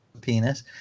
penis